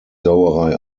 sauerei